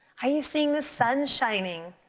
are you seeing the sun shining?